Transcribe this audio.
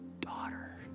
daughter